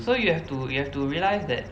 so you have to you have to realise that